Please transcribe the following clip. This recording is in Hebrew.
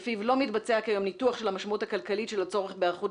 לפיו לא מתבצע כיום ניתוח של המשמעות הכלכלית של הצורך בהיערכות